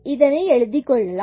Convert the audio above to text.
இதனை எழுதிக் கொள்ளலாம்